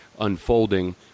unfolding